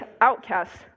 outcasts